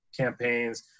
campaigns